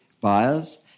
buyers